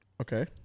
Okay